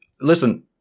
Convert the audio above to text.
listen